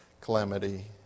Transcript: calamity